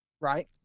Right